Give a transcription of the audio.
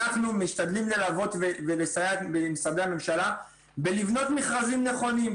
אנחנו משתדלים ללוות ולסייע למשרדי הממשלה בלבנות מכרזים נכונים.